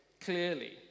clearly